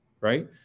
right